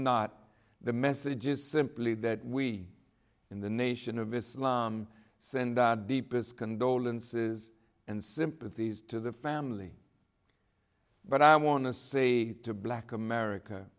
not the message is simply that we in the nation of islam send deepest condolences and sympathies to the family but i want to say to black america